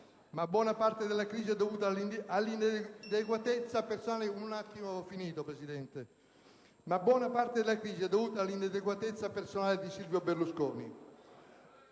Ma buona parte della crisi è dovuta all'inadeguatezza personale di Silvio Berlusconi.